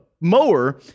mower